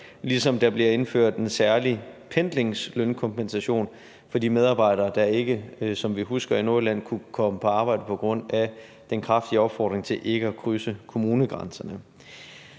ligesom der bliver indført en særlig pendlingslønkompensation for de medarbejdere i Nordjylland, der, som vi husker, ikke kunne komme på arbejde på grund af den kraftige opfordring til ikke at krydse kommunegrænserne.